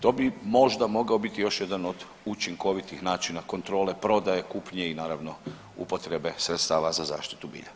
To bi možda mogao biti još jedan od učinkovitih načina kontrole, prodaje, kupnje i naravno upotrebe sredstava za zaštitu bilja.